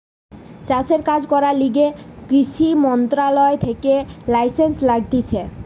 চাষের কাজ করার লিগে কৃষি মন্ত্রণালয় থেকে লাইসেন্স লাগতিছে